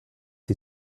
die